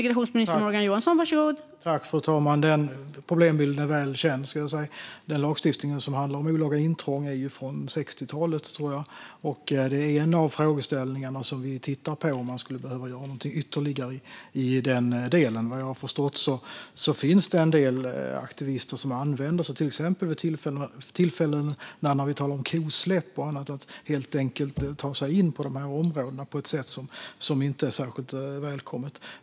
Fru talman! Den problembilden är väl känd. Den lagstiftning som handlar om olaga intrång är från 60-talet, tror jag. En av frågeställningarna vi tittar på är om man behöver göra något ytterligare i detta. Vad jag har förstått finns det en del aktivister som använder tillfällen såsom kosläpp och annat till att ta sig in på dessa områden på ett sätt som inte är särskilt välkommet.